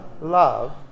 love